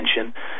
attention